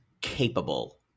capable